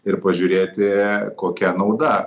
ir pažiūrėti kokia nauda